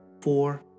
four